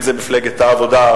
אם זה מפלגת העבודה,